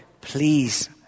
please